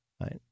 right